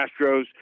Astros